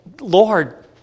Lord